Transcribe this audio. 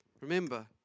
Remember